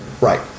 right